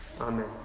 Amen